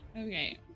Okay